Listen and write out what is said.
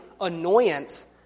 annoyance